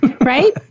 right